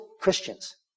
Christians